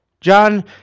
John